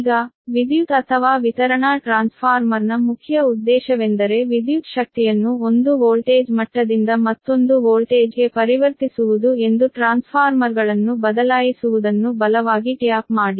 ಈಗ ವಿದ್ಯುತ್ ಅಥವಾ ವಿತರಣಾ ಟ್ರಾನ್ಸ್ಫಾರ್ಮರ್ನ ಮುಖ್ಯ ಉದ್ದೇಶವೆಂದರೆ ವಿದ್ಯುತ್ ಶಕ್ತಿಯನ್ನು ಒಂದು ವೋಲ್ಟೇಜ್ ಮಟ್ಟದಿಂದ ಮತ್ತೊಂದು ವೋಲ್ಟೇಜ್ಗೆ ಪರಿವರ್ತಿಸುವುದು ಎಂದು ಟ್ರಾನ್ಸ್ಫಾರ್ಮರ್ಗಳನ್ನು ಬದಲಾಯಿಸುವುದನ್ನು ಬಲವಾಗಿ ಟ್ಯಾಪ್ ಮಾಡಿ